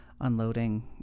unloading